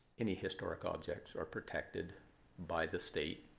any historic objects are protected by the state,